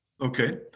Okay